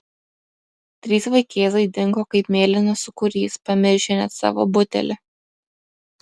trys vaikėzai dingo kaip mėlynas sūkurys pamiršę net savo butelį